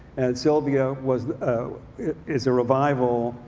and sylvia was ah is a revival.